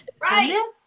Right